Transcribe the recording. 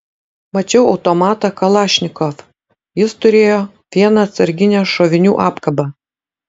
mačiau automatą kalašnikov jis turėjo vieną atsarginę šovinių apkabą